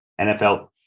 NFL